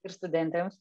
ir studentėms